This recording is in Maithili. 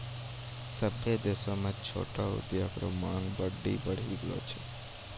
सभ्भे देश म छोटो उद्योग रो मांग बड्डी बढ़ी गेलो छै